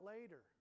later